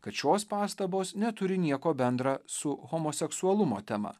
kad šios pastabos neturi nieko bendra su homoseksualumo tema